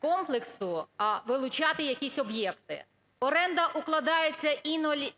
комплексу вилучати якісь об'єкти. Оренда укладається